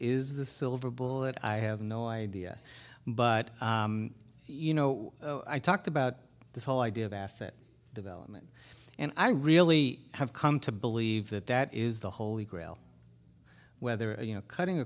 is the silver bullet i have no idea but you know i talk about the whole idea of asset development and i really have come to believe that that is the holy grail whether you know cutting